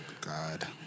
God